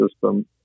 system